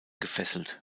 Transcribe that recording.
gefesselt